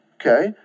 okay